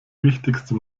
wichtigste